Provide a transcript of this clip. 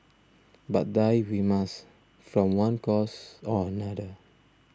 but die we must from one cause or another